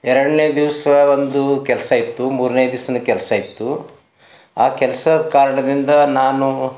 ಎರಡನೇ ದಿವಸ ಒಂದು ಕೆಲಸಯಿತ್ತು ಮೂರನೇ ದಿವ್ಸವೂ ಕೆಲ್ಸಯಿತ್ತು ಆ ಕೆಲ್ಸದ ಕಾರಣದಿಂದ ನಾನು